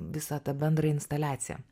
visą tą bendrą instaliaciją